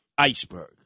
iceberg